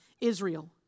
Israel